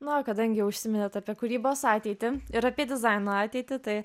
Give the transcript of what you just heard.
na o kadangi užsiminėt apie kūrybos ateitį ir apie dizaino ateitį tai